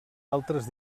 altres